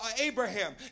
Abraham